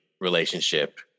relationship